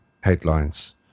headlines